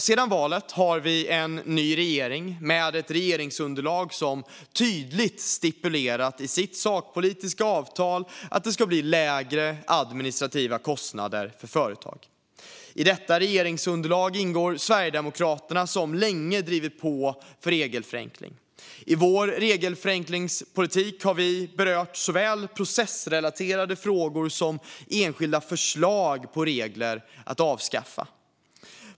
Sedan valet har vi en ny regering med ett regeringsunderlag som i sitt sakpolitiska avtal tydligt stipulerat att det ska bli lägre administrativa kostnader för företag. I detta regeringsunderlag ingår Sverigedemokraterna, som länge drivit på för regelförenkling. I vår regelförenklingspolitik har vi berört såväl processrelaterade frågor som enskilda förslag på regler att avskaffa.